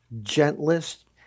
gentlest